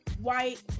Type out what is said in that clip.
white